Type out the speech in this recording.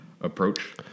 approach